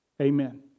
Amen